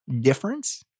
difference